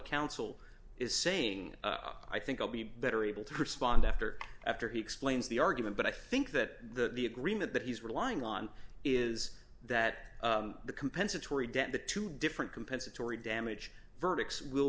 counsel is saying i think i'll be better able to respond after after he explains the argument but i think that the agreement that he's relying on is that the compensatory debt the two different compensatory damage verdicts will